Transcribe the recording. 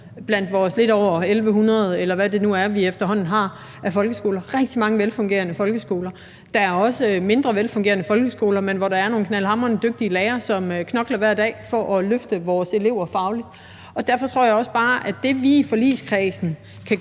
Blandt vores lidt over 1.100 folkeskoler, eller hvor mange vi nu efterhånden har, er der rigtig mange velfungerende folkeskoler. Der er også mindre velfungerende folkeskoler, men hvor der er nogle knaldhamrende dygtige lærere, som knokler hver dag for at løfte vores elever fagligt. Derfor tror jeg også bare, at det, vi i forligskredsen,